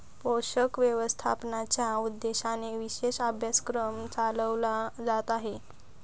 पोषक व्यवस्थापनाच्या उद्देशानेच विशेष अभ्यासक्रम चालवला जात आहे